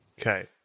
Okay